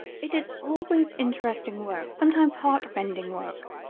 it is always interesting work, sometimes heartrending work,